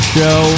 Show